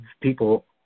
people